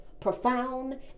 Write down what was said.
profound